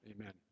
Amen